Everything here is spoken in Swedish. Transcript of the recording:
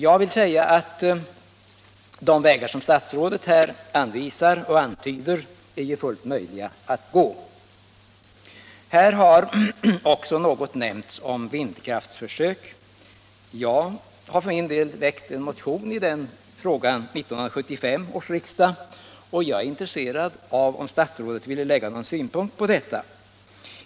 De vägar som statsrådet här har antytt och anvisat är enligt min mening fullt möjliga att gå. Här har också något nämnts om vindkraftsförsök. För min del väckte jag en motion i den frågan till 1975 års riksdag, och jag är intresserad om statsrådet vill lägga några synpunkter på detta.